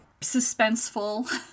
suspenseful